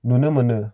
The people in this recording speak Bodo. नुनो मोनो